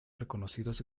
reconocidos